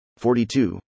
42